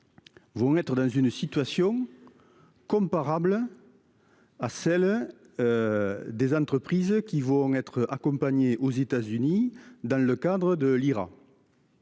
Vont être dans une situation. Comparable. À celle. Des entreprises qui vont être accompagné aux États-Unis dans le cadre de l'IRA.